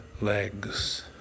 legs